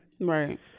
Right